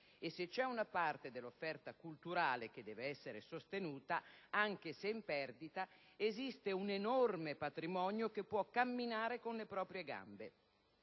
e se c'è una parte dell'offerta culturale che deve essere sostenuta, anche se in perdita, esiste un enorme patrimonio che può camminare con le proprie gambe,